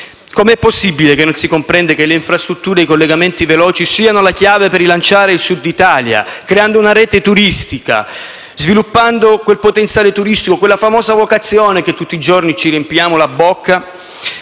Com'è possibile che non si comprende che le infrastrutture e i collegamenti veloci siano la chiave per rilanciare il Sud d'Italia, creando una rete turistica, sviluppando quel potenziale turistico, quella famosa vocazione di cui tutti i giorni ci riempiamo la bocca